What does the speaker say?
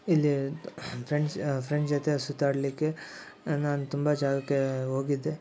ಇಲ್ಲಿ friends friend ಜೊತೆ ಸುತ್ತಾಡಲಿಕ್ಕೆ ನಾನು ತುಂಬ ಜಾಗಕ್ಕೆ ಹೋಗಿದ್ದೆ